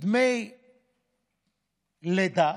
דמי לידה,